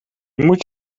moet